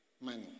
money